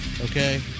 Okay